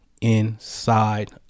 inside